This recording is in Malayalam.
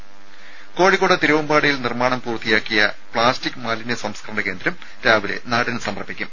രുമ കോഴിക്കോട് തിരുവമ്പാടിയിൽ നിർമ്മാണം പൂർത്തിയാക്കിയ പ്പാസ്റ്റിക് മാലിന്യ സംസ്കരണ കേന്ദ്രം രാവിലെ നാടിന് സമർപ്പിക്കും